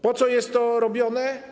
Po co jest to robione?